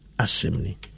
Assembly